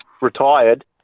retired